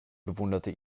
bewunderte